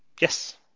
Yes